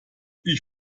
ich